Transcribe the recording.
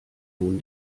nun